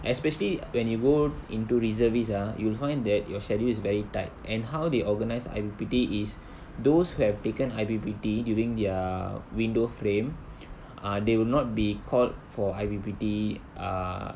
especially when you go into reservist ah you'll find that your schedule is very tight and how they organise I_P_P_T is those who have taken I_P_P_T during their window frame ah they will not be called for I_P_P_T uh